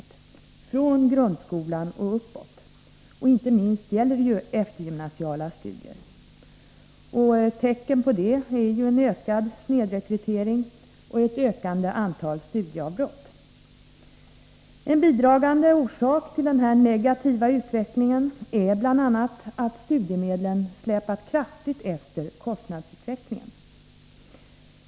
Det gäller från grundskolan och uppåt, och inte minst i eftergymnasiala studier. Tecken på detta är en ökad snedrekrytering och ett ökande antal studieavbrott. En bidragande orsak till denna negativa utveckling är bl.a. att studiemedlen kraftigt släpat efter kostnadsutvecklingen.